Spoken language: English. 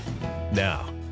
Now